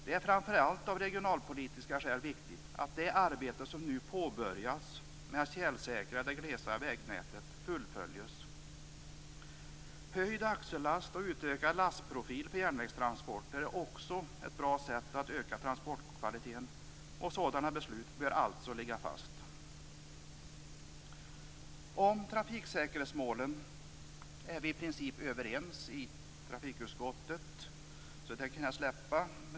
Det är framför allt av regionalpolitiska skäl viktigt att det arbete som nu påbörjats med att tjälsäkra det glesare vägnätet fullföljes. Höjd axellast och utökad lastprofil för järnvägstransporter är också ett bra sätt att öka transportkvaliteten. Sådana beslut bör alltså ligga fast. Trafiksäkerhetsmålen är vi princip överens om i trafikutskottet, så den frågan kan jag släppa.